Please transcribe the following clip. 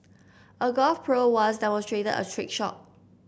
a golf pro once demonstrated a trick shot